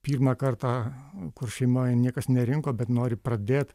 pirmą kartą kur šeimoj niekas nerinko bet nori pradėt